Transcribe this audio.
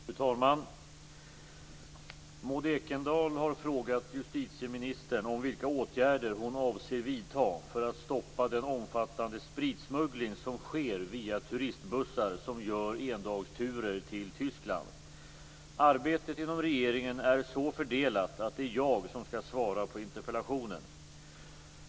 Fru talman! Maud Ekendahl har frågat justitieministern vilka åtgärder hon avser att vidta för att stoppa den omfattande spritsmuggling som sker via turistbussar som gör endagsturer till Tyskland. Arbetet inom regeringen är så fördelat att det är jag som skall svara på interpellationen.